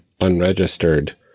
unregistered